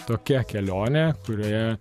tokia kelionė kurioje